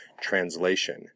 translation